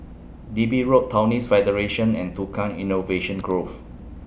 Digby Road Taoist Federation and Tukang Innovation Grove